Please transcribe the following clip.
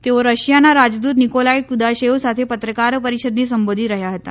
તેઓ રશિયાના રાજદુત નિકોલાઇ કુદાશેવ સાથે પત્રકાર પરીષદને સંબોધી રહયાં હતા